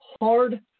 hard